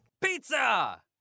Pizza